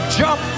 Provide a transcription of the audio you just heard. jump